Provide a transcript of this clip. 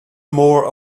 more